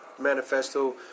manifesto